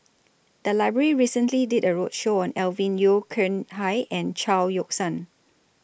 The Library recently did A roadshow on Alvin Yeo Khirn Hai and Chao Yoke San